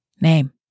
name